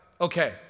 okay